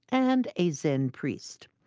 and a zen priest.